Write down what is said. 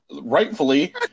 rightfully